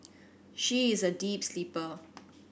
she is a deep sleeper